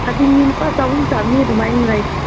ꯈꯥꯗꯤꯝꯒꯤ ꯂꯨꯄꯥ ꯆꯍꯨꯝ ꯆꯃꯔꯤ ꯑꯗꯨꯃꯥꯏꯅ ꯂꯩ